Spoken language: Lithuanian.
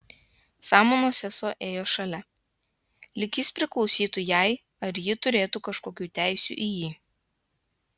samanos sesuo ėjo šalia lyg jis priklausytų jai ar ji turėtų kažkokių teisių į jį